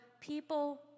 people